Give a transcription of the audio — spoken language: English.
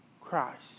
Christ